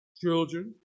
Children